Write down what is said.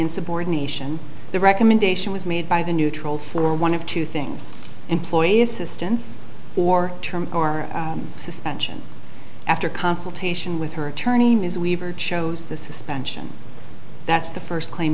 and the insubordination the recommendation was made by the neutral for one of two things employee assistance or term or suspension after consultation with her attorney ms weaver chose the suspension that's the first claim